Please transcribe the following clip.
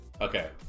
Okay